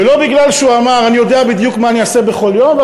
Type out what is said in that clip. ולא בגלל שהוא אמר אני יודע בדיוק מה אני אעשה בכל יום,